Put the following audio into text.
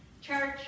Church